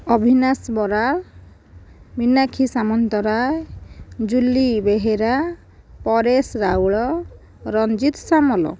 Abhinash Baral Minakshi Samantaray Juli Behera Paresh Raul Ranjit Samal